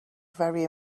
very